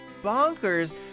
bonkers